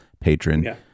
patron